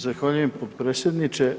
Zahvaljujem potpredsjedniče.